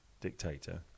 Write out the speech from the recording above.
dictator